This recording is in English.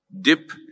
dip